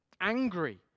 angry